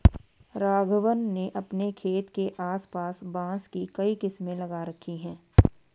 राघवन ने अपने खेत के आस पास बांस की कई किस्में लगा रखी हैं